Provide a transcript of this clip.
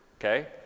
Okay